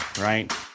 right